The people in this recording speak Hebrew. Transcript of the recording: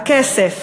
הכסף.